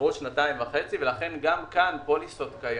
עברו שנתיים וחצי, לכן גם כאן פוליסות קיימות,